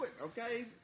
Okay